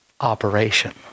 operation